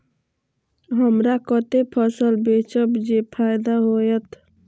हमरा कते फसल बेचब जे फायदा होयत?